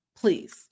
Please